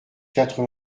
quatre